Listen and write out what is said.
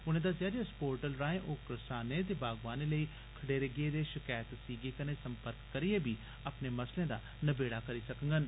उनें दस्सेआ जे इस पोर्टल राएं ओह् करसानें ते बागवानें लेई खडेरे गेदे शकैत सीगें कन्नै संपर्क करियै बी अपने मसले दा नबेड़ा कराई सकदे न